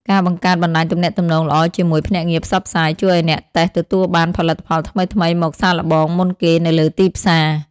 ការបង្កើតបណ្តាញទំនាក់ទំនងល្អជាមួយភ្នាក់ងារផ្សព្វផ្សាយ ជួយឱ្យអ្នកតេស្តទទួលបានផលិតផលថ្មីៗមកសាកល្បងមុនគេនៅលើទីផ្សារ។